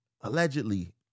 allegedly